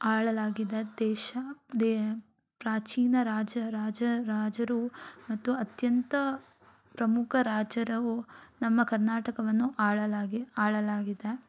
ಆಳಲಾಗಿದೆ ದೇಶ ದೇ ಪ್ರಾಚೀನ ರಾಜ ರಾಜ ರಾಜರು ಮತ್ತು ಅತ್ಯಂತ ಪ್ರಮುಖ ರಾಜರವು ನಮ್ಮ ಕರ್ನಾಟಕವನ್ನು ಆಳಲಾಗಿ ಆಳಲಾಗಿದೆ